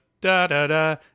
da-da-da